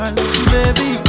Baby